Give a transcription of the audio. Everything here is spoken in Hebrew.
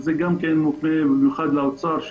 זה גם מופנה לאוצר.